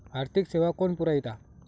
आर्थिक सेवा कोण पुरयता?